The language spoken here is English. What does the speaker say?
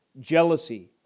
jealousy